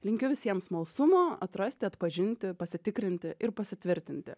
linkiu visiem smalsumo atrasti atpažinti pasitikrinti ir pasitvirtinti